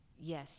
Yes